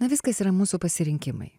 na viskas yra mūsų pasirinkimai